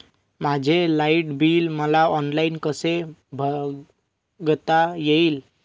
माझे light bill मला online कसे बघता येईल?